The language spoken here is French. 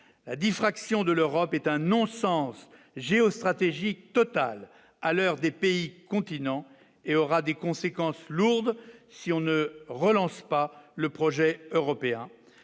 la diffraction de l'Europe est un non-sens géostratégique à l'heure des pays continents et aura des conséquences lourdes si on ne relance pas le projet européen,